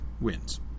wins